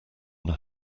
that